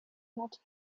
not